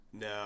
No